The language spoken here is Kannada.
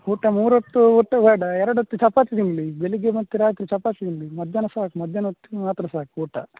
ಊಟ ಮೂರು ಹೊತ್ತು ಊಟ ಬೇಡ ಎರಡು ಹೊತ್ತು ಚಪಾತಿ ತಿನ್ನಲಿ ಬೆಳಿಗ್ಗೆ ಮತ್ತೆ ರಾತ್ರಿ ಚಪಾತಿ ತಿನ್ನಲಿ ಮಧ್ಯಾಹ್ನ ಸಾಕು ಮಧ್ಯಾಹ್ನ ಹೊತ್ತಿಗೆ ಮಾತ್ರ ಸಾಕು ಊಟ